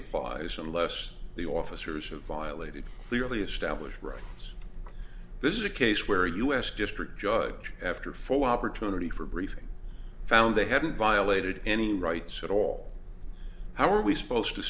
applies unless the officers have violated clearly established right this is a case where u s district judge after full opportunity for briefing found they hadn't violated any rights at all how are we supposed to